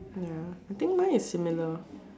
ya I think mine is similar